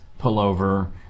pullover